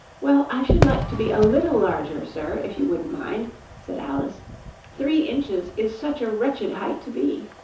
well, i should like to be a little larger, sir, if you wouldn't mind said alice three inches is such a wretched height to be